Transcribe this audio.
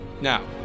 Now